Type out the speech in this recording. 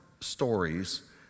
stories